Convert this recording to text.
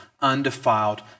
undefiled